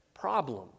problems